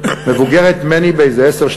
מבוגרת ממני באיזה עשר,